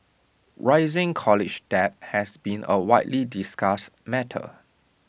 rising college debt has been A widely discussed matter